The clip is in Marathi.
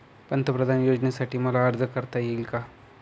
पंतप्रधान योजनेसाठी मला अर्ज करता येईल का?